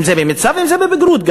אם זה במיצ"ב ואם זה בבחינות הבגרות.